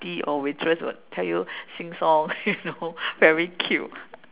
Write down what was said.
~tie or waitress will tell you sing song you know very cute